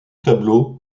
tableau